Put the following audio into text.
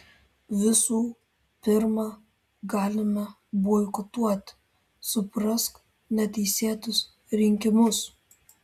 visų pirma galima boikotuoti suprask neteisėtus rinkimus